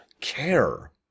care